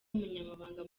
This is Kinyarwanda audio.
umunyamabanga